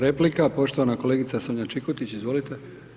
Replika, poštovana kolegica Sonja Čikotić, izvolite.